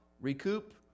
recoup